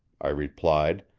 i replied,